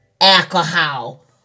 alcohol